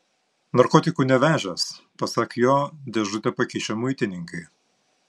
narkotikų nevežęs pasak jo dėžutę pakišę muitininkai